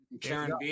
Karen